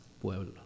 pueblo